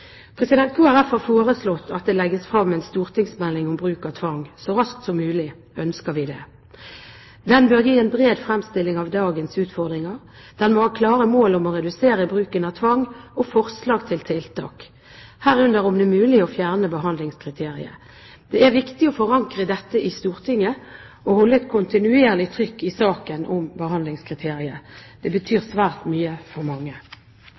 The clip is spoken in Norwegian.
har foreslått at det legges frem en stortingsmelding om bruk av tvang. Så raskt som mulig ønsker vi den. Den bør gi en bred fremstilling av dagens utfordringer, den må ha det klare mål å redusere bruken av tvang og ha forslag til tiltak, herunder om det er mulig å fjerne behandlingskriteriet. Det er viktig å forankre dette i Stortinget og holde et kontinuerlig trykk i saken om behandlingskriteriet. Det betyr svært mye for mange.